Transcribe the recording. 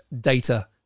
data